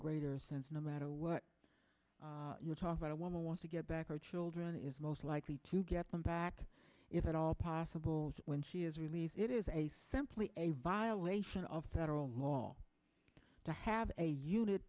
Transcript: greater since no matter what you talk about a woman want to get back her children is most likely to get them back if at all possible when she is released it is a simply a violation of federal law to have a unit